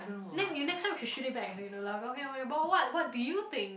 then you next time you should shoot it back uh you know like okay okay but what what do you think